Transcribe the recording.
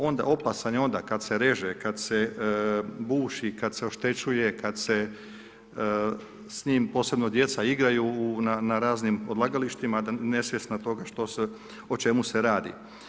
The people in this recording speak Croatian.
Opasan je onda kad se reže, kad se buši, kad se oštećuje, kad se s njim posebno djeca igraju na raznim odlagalištima nesvjesna toga o čemu se radi.